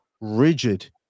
rigid